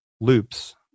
loops